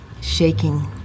shaking